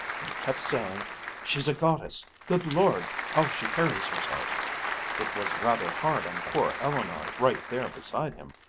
and kept saying she's a goddess! good lord! how she carries herself it was rather hard on poor eleanor right there beside him,